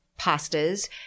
pastas